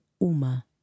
uma